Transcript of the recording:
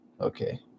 okay